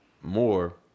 more